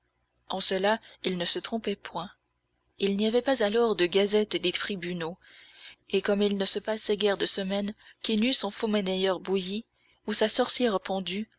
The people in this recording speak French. en cela il ne se trompait point il n'y avait pas alors de gazette des tribunaux et comme il ne se passait guère de semaine qui n'eût son faux monnayeur bouilli ou sa sorcière pendue